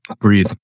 Breathe